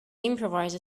improvise